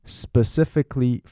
specifically